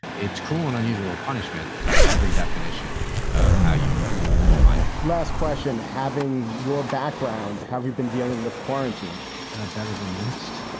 it's cruel and unusual punishment by every definition of how you can define it last question, having your background have you been dealing with quarantine ah better than most